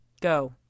Go